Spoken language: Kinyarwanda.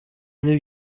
ari